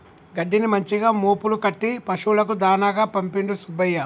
గడ్డిని మంచిగా మోపులు కట్టి పశువులకు దాణాకు పంపిండు సుబ్బయ్య